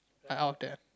I out of depth